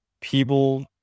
people